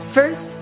First